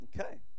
Okay